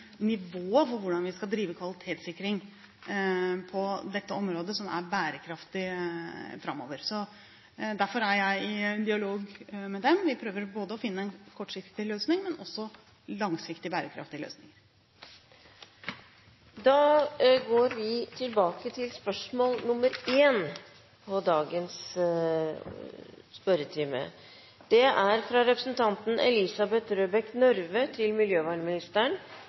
dette området og som er bærekraftig framover. Derfor er jeg i dialog med dem. Vi prøver å finne en kortsiktig løsning, men også langsiktige, bærekraftige løsninger. Vi går tilbake til spørsmål 1, fra representanten Elisabeth Røbekk Nørve til miljøvernministeren. Spørsmålet vil bli besvart av fiskeri- og kystministeren som rette vedkommende. Jeg har følgende spørsmål til